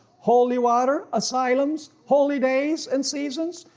holy water, asylums holy days and seasons,